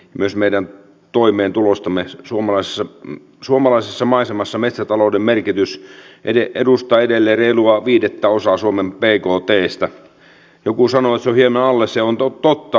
myös meidän toimeentulostamme suomalaisen suomalaisessa maisemassa metsätalouden merkitys eri edustaa edelleen viidettäosaa suomen peikot peistä joku sanoi sen rinnalle se on totta